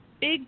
big